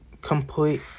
complete